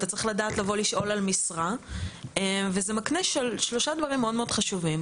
אתה צריך לדעת לבוא לשאול על משרה וזה מקנה שלושה דברים מאוד חשובים,